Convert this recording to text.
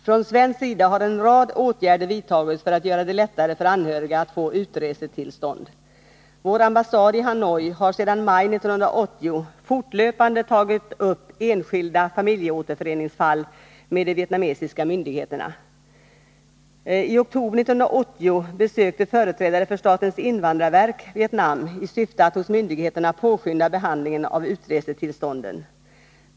Från svensk sida har en rad åtgärder vidtagits för att göra det lättare för anhöriga att få utresetillstånd. Vår ambassad i Hanoi har sedan maj 1980 fortlöpande tagit upp enskilda familjeåterföreningsfall med de vietnamesiska myndigheterna. I oktober 1980 besökte företrädare för statens invandrarverk Vietnam i syfte att hos myndigheterna påskynda behandlingen av utresetillstånden.